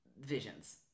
visions